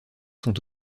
sont